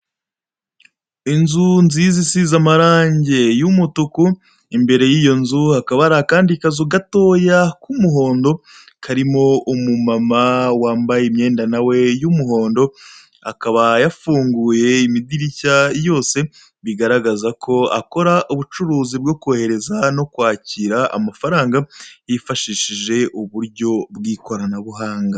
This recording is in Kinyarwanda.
Inzu nziza isize amarangi y'umutuku, imbere y'iyo nzu hakaba hari akandi kazu gatoya k'umuhondo karimo umumama wambaye imyenda nawe y'umuhondo. Akaba yafunguye imidirishya yose bigaragaza ko akora ubucuruzi bwo kohereza no kwakira amafaranga yifashishije uburyo bw'ikoranabuhanga.